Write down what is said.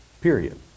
period